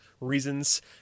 reasons